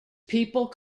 people